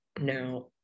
Now